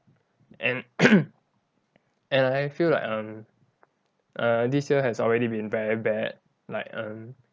and and I feel like um err this year has already been very bad like um